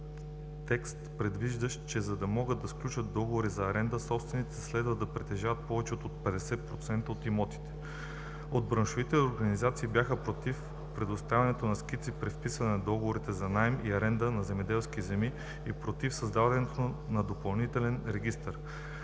текст, предвиждащ, че за да могат да сключват договори за аренда, собствениците следва да притежават повече от 50% от имотите. От браншовите организации бяха против предоставянето на скици при вписване на договорите за наем и аренда на земеделски земи и против създаването на допълнителен регистър.